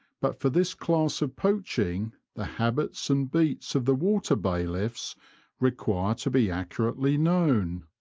but for this class of poaching the habits and beats of the water bailiffs require to be accurately known.